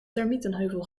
termietenheuvel